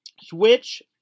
Switch